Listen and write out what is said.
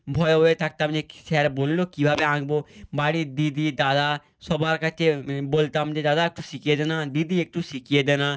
ভয়ে ভয়ে থাকতাম যে কী স্যার বললো কীভাবে আঁকবো বাড়ির দিদি দাদা সবার কাছে বলতাম যে দাদা একটু শিখিয়ে দে না দিদি একটু শিখিয়ে দে না